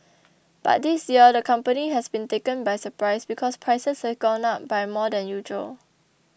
but this year the company has been taken by surprise because prices have gone up by more than usual